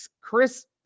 Chris